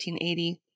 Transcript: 1880